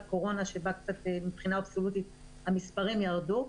קורונה ומבחינה אבסולוטית המספרים ירדו.